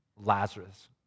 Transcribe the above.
Lazarus